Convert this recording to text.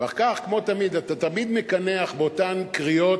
ואחר כך, כמו תמיד, אתה תמיד מקנח באותן קריאות,